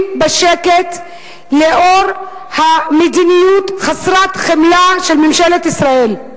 בשקט לאור המדיניות חסרת החמלה של ממשלת ישראל.